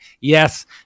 Yes